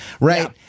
right